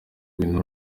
bintu